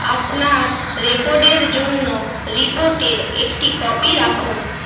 আপনার রেকর্ডের জন্য রিপোর্টের একটি কপি রাখুন